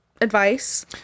advice